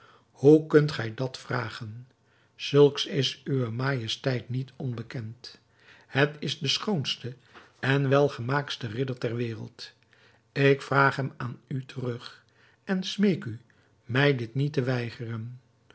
hoe kunt gij dat vragen zulks is uwe majesteit niet onbekend het is de schoonste en welgemaaktste ridder ter wereld ik vraag hem aan u terug en smeek u mij dit niet te weigeren